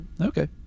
okay